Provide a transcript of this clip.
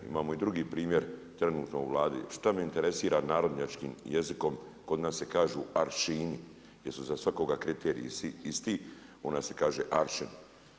Imamo i drugi primjer trenutno u Vladi šta me interesira narodnjačkom jezikom, kod nas se kažu aršini jer su za svakog kriteriji svi isti, u nas se kaže aršin.